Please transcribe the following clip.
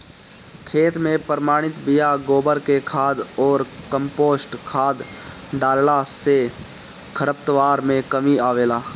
खेत में प्रमाणित बिया, गोबर के खाद अउरी कम्पोस्ट खाद डालला से खरपतवार में कमी आवेला